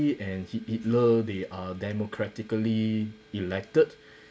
it and hit~ hitler they are democratically elected